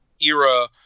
era